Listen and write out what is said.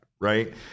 Right